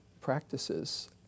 practices